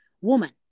woman